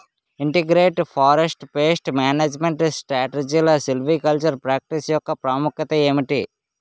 Integrated forest pest management స్ట్రాటజీలో silvicultural practice యెక్క ప్రాముఖ్యత ఏమిటి??